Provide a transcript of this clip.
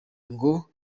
ngo